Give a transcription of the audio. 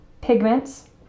pigments